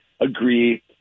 agree